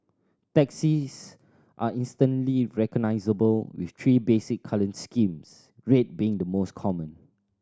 taxis are instantly recognisable with three basic colour schemes red being the most common